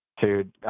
Dude